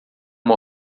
uma